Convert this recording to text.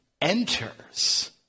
enters